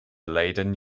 leiden